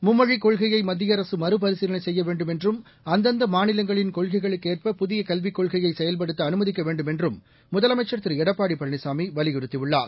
மும்மொழிக் னெள்கையை மத்திய அரசு மறபரிசீலனை செய்ய வேண்டுமென்றும் அந்தந்த மாநிலங்களின் கொள்கைகளுக்கு ஏற்ப புதிய கல்விக் கொள்கையை செயல்படுத்த அனுமதிக்க வேண்டுமென்றும் முதலமைச்சா் திரு எடப்பாடி பழனிசாமி வலியுறுத்தியுள்ளார்